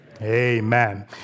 Amen